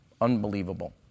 Unbelievable